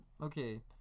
Okay